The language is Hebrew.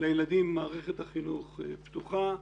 לילדים מערכת החינוך פתוחה,